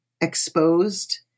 exposed